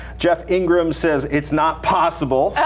jeff ingram says, it's not possible.